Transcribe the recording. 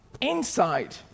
inside